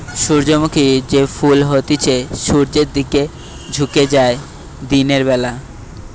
সূর্যমুখী যে ফুল হতিছে সূর্যের দিকে ঝুকে যায় দিনের বেলা